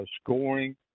scoring